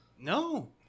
No